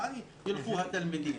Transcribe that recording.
לאן ילכו התלמידים?